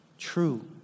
true